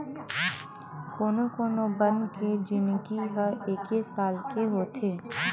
कोनो कोनो बन के जिनगी ह एके साल के होथे